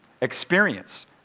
experience